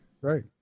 Right